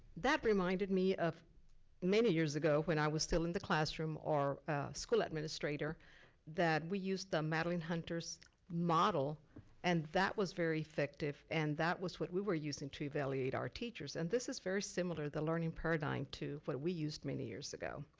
that reminded me of many years ago when i was still in the classroom or a school administrator that we used the madeline hunter's model and that was very effective. and that was what we were using to evaluate our teachers. and this is very similar, the learning paradigm, to what we used many years ago.